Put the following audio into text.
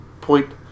point